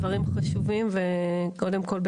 אתה אמרת דברים חשובים וקודם כל,